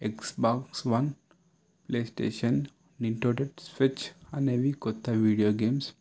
X box one PlayStation Nintendo switch అనేవి కొత్త video games